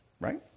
right